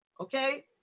Okay